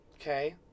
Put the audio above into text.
Okay